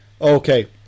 Okay